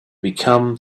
become